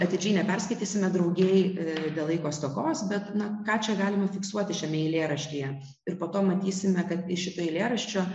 atidžiai neperskaitysime draugėj dėl laiko stokos bet na ką čia galima fiksuoti šiame eilėraštyje ir po to matysime kad iš eilėraščio